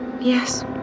Yes